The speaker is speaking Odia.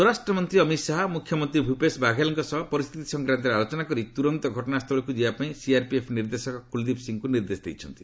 ସ୍ୱରାଷ୍ଟ୍ରମନ୍ତ୍ରୀ ଅମିତ ଶାହା ମୁଖ୍ୟମନ୍ତ୍ରୀ ଭୂପେଶ ବାଘେଲଙ୍କ ସହ ପରିସ୍ଥିତି ସଂକ୍ରାନ୍ତରେ ଆଲୋଚନା କରି ତୁରନ୍ତ ଘଟଣାସ୍ଥଳକୁ ଯିବାପାଇଁ ସିଆର୍ପିଏଫ୍ ନିର୍ଦ୍ଦେଶକ କୁଲଦୀପ ସିଂହଙ୍କୁ ନିର୍ଦ୍ଦେଶ ଦେଇଛନ୍ତି